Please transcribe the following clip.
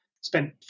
Spent